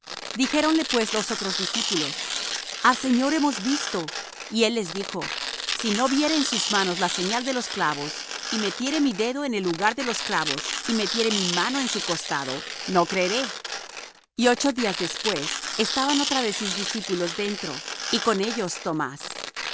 dijéronle pues los otros discípulos al señor hemos visto y él les dijo si no viere en sus manos la señal de los clavos y metiere mi dedo en el lugar de los clavos y metiere mi mano en su costado no creeré y ocho días después estaban otra vez sus discípulos dentro y con ellos tomás